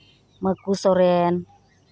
ᱢᱟᱹᱠᱩ Soren